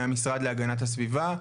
מהמשרד להגנת הסביבה,